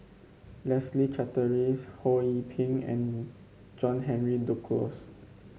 Leslie Charteris Ho Yee Ping and John Henry Duclos